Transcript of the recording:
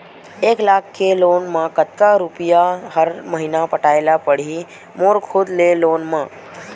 एक लाख के लोन मा कतका रुपिया हर महीना पटाय ला पढ़ही मोर खुद ले लोन मा?